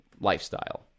lifestyle